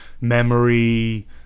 memory